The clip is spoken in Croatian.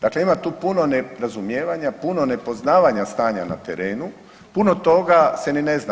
Dakle, ima tu puno nerazumijevanja, puno nepoznavanja stanja na terenu, puno toga se ni ne zna.